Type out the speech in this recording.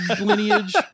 lineage